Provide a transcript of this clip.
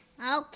Okay